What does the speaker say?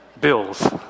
Bills